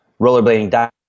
rollerblading